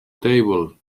table